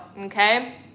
Okay